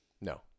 No